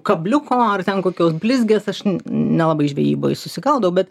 kabliuko ar ten kokios blizgės aš n nelabai žvejyboj susigaudau bet